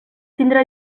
tindrà